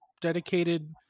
dedicated